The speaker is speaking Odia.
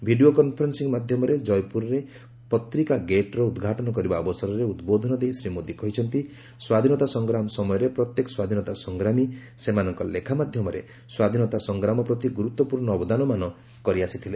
ଭିଡ଼ିଓ କନ୍ଫରେନ୍ଦିଂ ମାଧ୍ୟମରେ ଜୟପୁରରେ ପତ୍ରିକା ଗେଟ୍ର ଉଦ୍ଘାଟନ କରିବା ଅବସରରେ ଉଦ୍ବୋଧନ ଦେଇ ଶ୍ରୀ ମୋଦି କହିଛନ୍ତି ସ୍ୱାଧୀନତା ସଂଗ୍ରାମ ସମୟରେ ପ୍ରତ୍ୟେକ ସ୍ୱାଧୀନତା ସଂଗ୍ରାମୀ ସେମାନଙ୍କ ଲେଖା ମାଧ୍ୟମରେ ସ୍ୱାଧୀନତା ସଂଗ୍ରାମ ପ୍ରତି ଗୁରୁତ୍ୱପୂର୍ଣ୍ଣ ଅବଦାନ ମାନ କରିଆସିଥିଲେ